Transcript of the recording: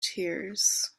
tears